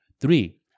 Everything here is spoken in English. Three